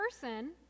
person